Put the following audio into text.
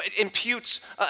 imputes